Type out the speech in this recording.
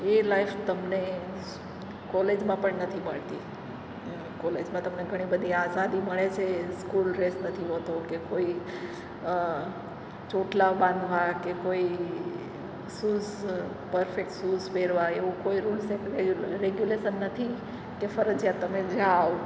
એ life તમને કોલેજમાં પણ નથી મળતી કોલેજમાં તમને ઘણીબધી આઝાદી મળે છે સ્કૂલ ડ્રેસ નથી મળતો કે કોઈ ચોટલા બાંધવા કે કોઈ સૂઝ પરફેક્ટ સૂઝ પહેરવા એવું કોઈ રુલ્સ રેગ્યુલેશન નથી કે ફરજીયાત તમે જાઓ